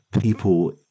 people